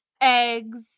eggs